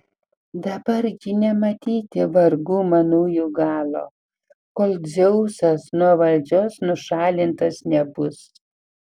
dabar gi nematyti vargų manųjų galo kol dzeusas nuo valdžios nušalintas nebus